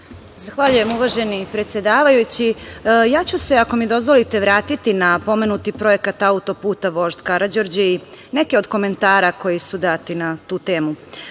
Zahvaljujem, uvaženi predsedavajući. Ako mi dozvolite, ja ću se vratiti na pomenuti projekat autoputa vožd Karađorđe i neke od komentare koji su dati na tu temu. To